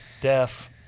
deaf